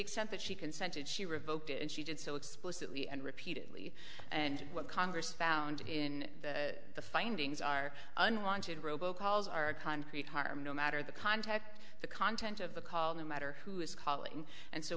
extent that she consented she revoked it and she did so explicitly and repeatedly and what congress found in the findings are unwanted robo calls are a concrete harm no matter the contact the content of the call no matter who is calling and so